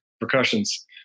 repercussions